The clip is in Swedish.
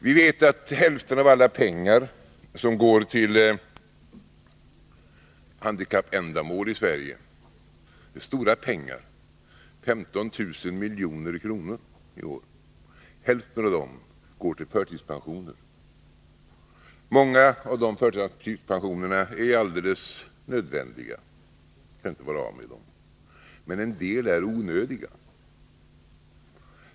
Vi vet att hälften av alla pengar som går till handikappändamål i Sverige — det är stora pengar, 15 000 milj.kr. i år — går till förtidspensioner. Många av de förtidspensionerna är alldeles nödvändiga — vi kan inte vara av med dem — men en del är onödiga.